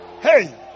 hey